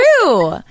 true